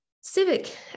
civic